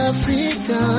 Africa